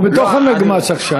הוא בתוך הנגמ"ש עכשיו.